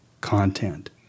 content